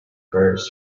prayers